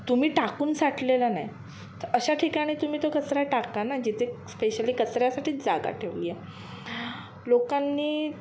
तुम्ही टाकून साठलेलं नाही तर अशा ठिकाणी तुम्ही तो कचरा टाका ना जिथे स्पेशली कचऱ्यासाठीच जागा ठेवली आहे लोकांनी